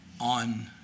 on